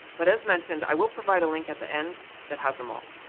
but as mentioned, i will provide a link at the end that has them all.